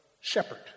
shepherd